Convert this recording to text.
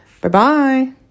Bye-bye